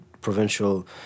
provincial